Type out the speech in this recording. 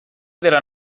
della